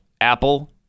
Apple